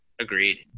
Agreed